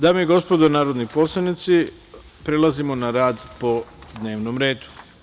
Dame i gospodo narodni poslanici, prelazimo na rad po dnevnom redu.